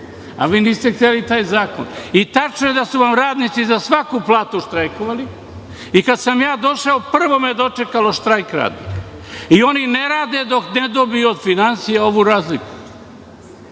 a vi niste hteli taj zakon. Tačno je da su vam radnici za svaku platu štrajkovali. Kada sam ja došao prvo me je dočekao štrajk radnika. Oni ne rade dok ne dobiju od finansija ovu razliku. Sada